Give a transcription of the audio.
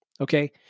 okay